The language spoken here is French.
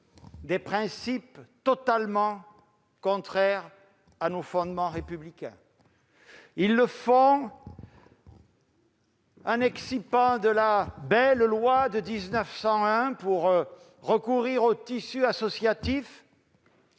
des principes totalement contraires à nos fondements républicains. Ils le font encore en excipant de la belle loi de 1901, c'est-à-dire en recourant au tissu associatif,